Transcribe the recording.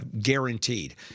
guaranteed